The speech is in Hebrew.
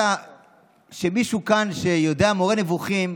שמישהו כאן שיודע "מורה נבוכים"